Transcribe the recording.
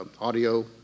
audio